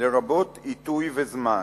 לרבות עיתוי וזמן."